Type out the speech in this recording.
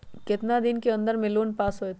कितना दिन के अन्दर में लोन पास होत?